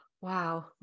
Wow